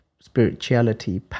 spirituality